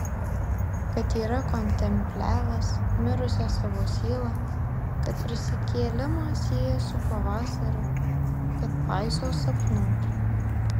kad yra kontempliavęs mirusią savo sielą kad prisikėlimą sieja su pavasariu kad paiso sapnų